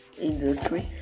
industry